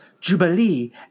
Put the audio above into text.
Jubilee